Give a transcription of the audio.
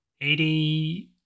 Eighty